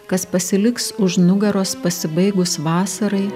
kas pasiliks už nugaros pasibaigus vasarai